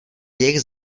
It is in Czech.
jejich